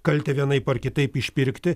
kaltę vienaip ar kitaip išpirkti